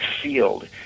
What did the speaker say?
field